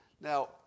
Now